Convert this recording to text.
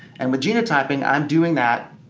and with genotyping i'm doing that.